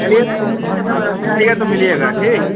चलिए ठीक है जब अयोध्या आइएगा तो मिलिएगा ठीक